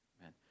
Amen